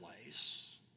place